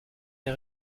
des